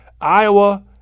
Iowa